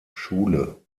schule